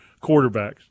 quarterbacks